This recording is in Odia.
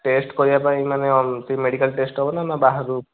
ଟେଷ୍ଟ କରିବା ପାଇଁ ମାନେ ମେଡ଼ିକାଲ ଟେଷ୍ଟ ହେବ ନାଁ ନାଁ ବାହାରୁ